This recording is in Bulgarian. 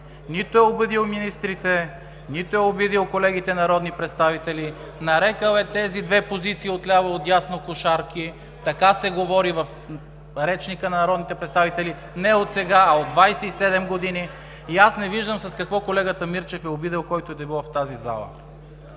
Нито е обидил министрите, нито е обидил колегите народни представители. Нарекъл е тези две позиции отляво и отдясно „кошарки“. Така се говори в речника на народните представители не от сега, а от 27 години. И аз не виждам с какво колегата Мирчев е обидил който и да било в тази зала.